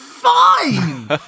Fine